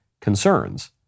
concerns